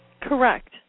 Correct